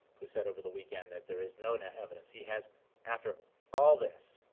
who said over the weekend that there is no no evidence he has after all this,